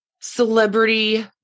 celebrity